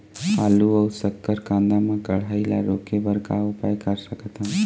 आलू अऊ शक्कर कांदा मा कढ़ाई ला रोके बर का उपाय कर सकथन?